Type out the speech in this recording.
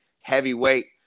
heavyweight